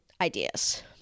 ideas